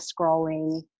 scrolling